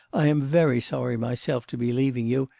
i am very sorry myself to be leaving you,